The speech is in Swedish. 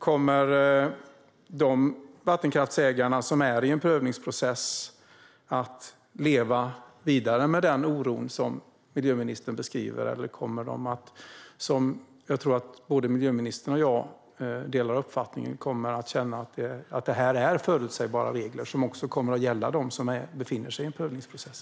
Kommer de vattenkraftsägare som är i en prövningsprocess att leva vidare med den oro som miljöministern beskriver, eller kommer de att - vilket är en uppfattning som jag tror att miljöministern och jag delar - känna att detta är förutsägbara regler som också kommer att gälla dem som befinner sig i en prövningsprocess?